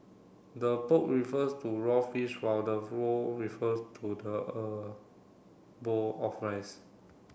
the poke refers to raw fish while the bowl refers to the er bowl of rice